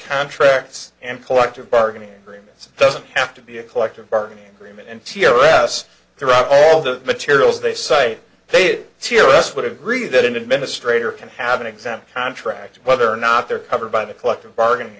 contracts and collective bargaining agreements doesn't have to be a collective bargaining agreement and c e o s throughout all the materials they cite they hear us would agree that an administrator can have an example contract whether or not they're covered by the collective bargaining